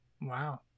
Wow